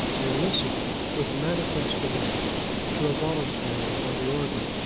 and listened with manifest delight to a voluntary on the organ,